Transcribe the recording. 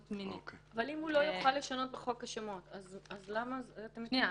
אבל אם הוא לא יוכל לשנות בחוק השמות אז למה אתם מתנגדים ל ---?